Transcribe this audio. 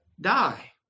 die